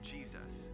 Jesus